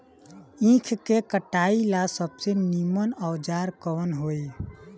ईख के कटाई ला सबसे नीमन औजार कवन होई?